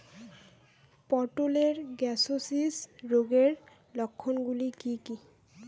পটলের গ্যামোসিস রোগের লক্ষণগুলি কী কী?